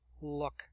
look